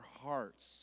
hearts